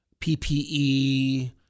PPE